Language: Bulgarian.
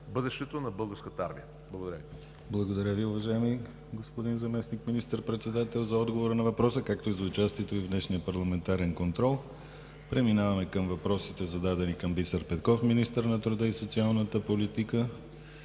ПРЕДСЕДАТЕЛ ДИМИТЪР ГЛАВЧЕВ: Благодаря Ви, уважаеми господин Заместник министър-председател, за отговора на въпроса, както и за участието Ви в днешния парламентарен контрол. Преминаваме към въпросите, зададени към Бисер Петков, министър на труда и социалната политика.